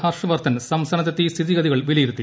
ഹർഷ് വർദ്ധൻ സംസ്ഥാനത്തെത്തി സ്ഥിതിഗതികൾ വിലയിരുത്തി